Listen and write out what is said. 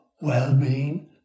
well-being